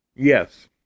Yes